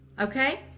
Okay